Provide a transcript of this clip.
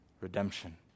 redemption